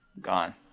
Gone